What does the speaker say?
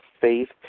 faith